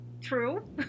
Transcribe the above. True